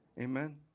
Amen